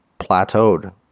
plateaued